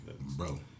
Bro